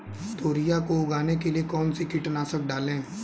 तोरियां को उगाने के लिये कौन सी कीटनाशक डालें?